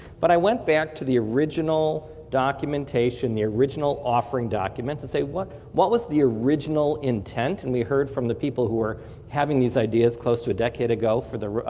but i went back to the original documentation, the original offering document to say what what was the original intent and we heard from the people who were having these ideas close to a decade ago for